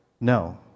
no